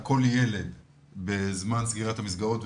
כל ילד בזמן סגירת המסגרות,